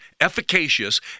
efficacious